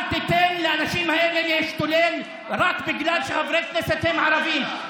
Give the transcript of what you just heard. אל תיתן לאנשים האלה להשתולל רק בגלל שחברי כנסת הם ערבים.